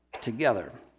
together